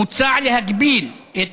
מוצע להגביל את